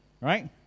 right